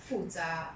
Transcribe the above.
复杂